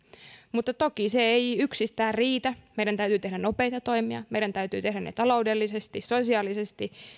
mutta toki se ei yksistään riitä meidän täytyy tehdä nopeita toimia meidän täytyy tehdä ne taloudellisesti sosiaalisesti